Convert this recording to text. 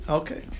okay